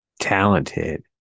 talented